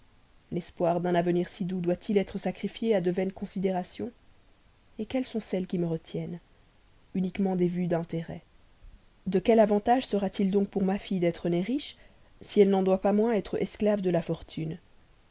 l'espoir d'un avenir si doux doit-il être sacrifié à de vaines considérations et quelles sont celles qui me retiennent uniquement des vues d'intérêt de quel avantage sera-t-il donc pour ma fille d'être née riche si elle n'en doit pas moins être esclave de la fortune